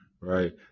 Right